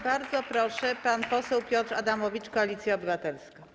Bardzo proszę, pan poseł Piotr Adamowicz, Koalicja Obywatelska.